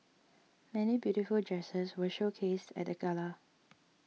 many beautiful dresses were showcased at the gala